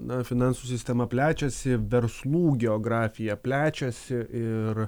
na finansų sistema plečiasi verslų geografija plečiasi ir